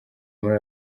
muri